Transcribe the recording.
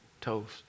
toast